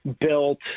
built